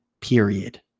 period